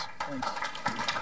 Thanks